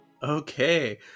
Okay